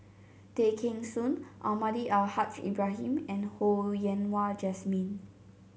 Tay Kheng Soon Almahdi Al Haj Ibrahim and Ho Yen Wah Jesmine